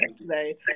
today